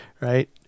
right